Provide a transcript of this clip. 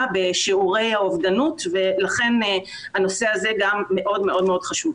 בשיעורי האובדנות ולכן הנושא הזה גם מאוד מאוד חשוב.